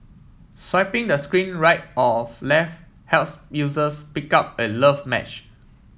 swiping the screen right of left helps users pick out a love match